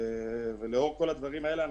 לאור כל הדברים האלה,